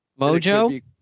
Mojo